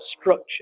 structure